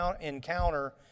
encounter